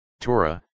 Torah